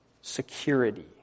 security